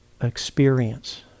experience